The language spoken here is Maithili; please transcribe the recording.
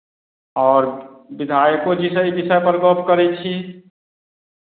आओर विधायको जीसँ ई विषयपर गप्प करै छी